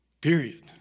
Period